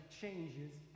changes